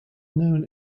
known